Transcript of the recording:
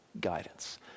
guidance